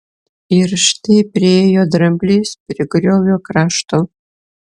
ir štai priėjo dramblys prie griovio krašto